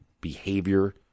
behavior